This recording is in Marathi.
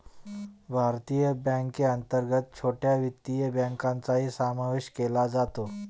भारतीय बँकेअंतर्गत छोट्या वित्तीय बँकांचाही समावेश केला जातो